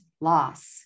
loss